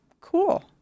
cool